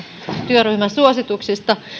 työryhmän suosituksista